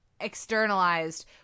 externalized